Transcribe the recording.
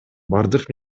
бардык